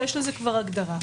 שלזה כבר יש הגדרה.